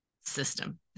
system